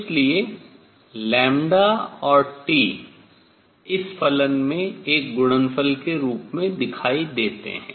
इसलिए और T इस फलन में एक गणनफल के रूप में दिखाई देते हैं